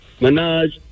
minaj